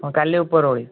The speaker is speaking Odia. ହଁ କାଲି ଉପରଓଳି